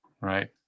Right